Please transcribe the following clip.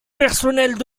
personnels